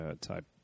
type